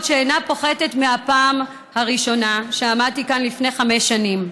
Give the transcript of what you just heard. שאינה פוחתת מהפעם הראשונה שבה עמדתי כאן לפני חמש שנים.